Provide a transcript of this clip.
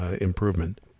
improvement